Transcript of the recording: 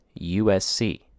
USC